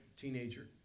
teenager